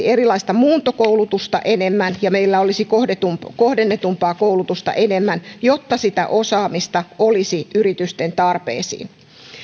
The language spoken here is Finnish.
erilaista muuntokoulutusta enemmän ja meillä olisi kohdennetumpaa kohdennetumpaa koulutusta enemmän jotta osaamista olisi yritysten tarpeisiin